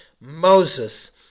Moses